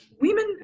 women